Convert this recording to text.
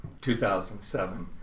2007